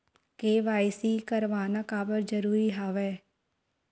KYC करवाना काबर जरूरी हवय?